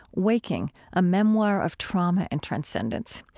waking a memoir of trauma and transcendence.